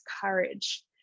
courage